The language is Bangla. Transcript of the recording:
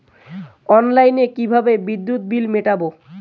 অনলাইনে কিভাবে বিদ্যুৎ বিল মেটাবো?